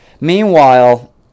Meanwhile